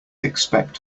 expect